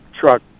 truck